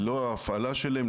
ללא ההפעלה שלהם,